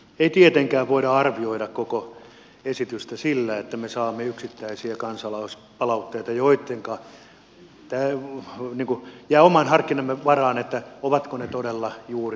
ei tietenkään voida arvioida koko esitystä sillä että me saamme yksittäisiä kansalaispalautteita joissa jää oman harkintamme varaan ovatko ne todella juuri paikkansapitäviä